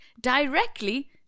directly